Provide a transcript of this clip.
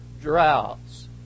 droughts